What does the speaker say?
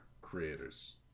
creators